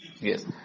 Yes